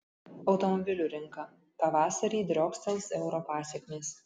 automobilių rinka pavasarį driokstels euro pasekmės